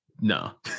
no